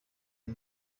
iyi